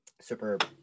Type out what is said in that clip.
superb